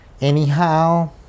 Anyhow